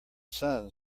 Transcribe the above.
sun